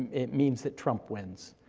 it means that trump wins.